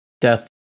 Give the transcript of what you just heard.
death